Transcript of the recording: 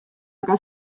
aga